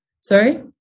sorry